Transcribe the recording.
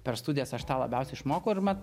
per studijas aš tą labiausiai išmokau ir man